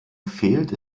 fehlt